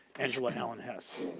angela allen-hess.